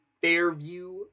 Fairview